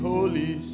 Holy